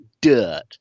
dirt